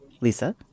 Lisa